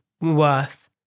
worth